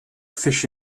fish